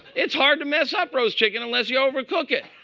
it's hard to mess up roast chicken unless you overcook it.